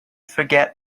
forget